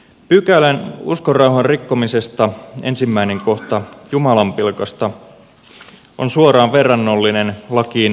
pykälän uskonrauhan rikkomisesta ensimmäinen kohta jumalanpilkasta on suoraan verrannollinen lakiin kunnianloukkauksesta